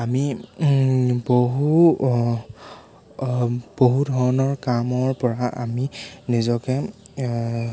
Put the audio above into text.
আমি বহু বহু ধৰণৰ কামৰ পৰা আমি নিজকে